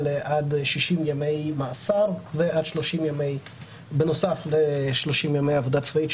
לעד 60 ימי מאסר בנוסף ל-30 ימי עבודה צבאית,